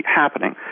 happening